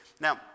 Now